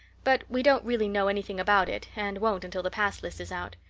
but we don't really know anything about it and won't until the pass list is out.